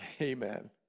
Amen